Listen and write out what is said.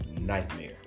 nightmare